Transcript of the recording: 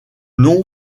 nom